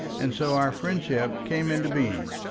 and so our friendship came into being.